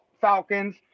Falcons